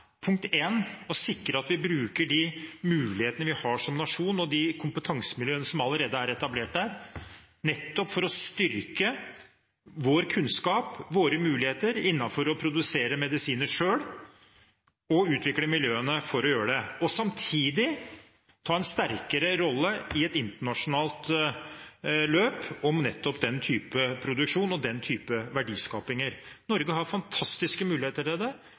å sikre at vi bruker de mulighetene vi har som nasjon og de kompetansemiljøene som allerede er etablert, nettopp for å styrke vår kunnskap og våre muligheter innenfor det å produsere våre medisiner selv og utvikle miljøene for å gjøre det, og samtidig ta en sterkere rolle i et internasjonalt løp om nettopp den typen produksjon og den typen verdiskaping. Norge har fantastiske muligheter til det,